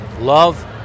love